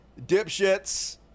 dipshits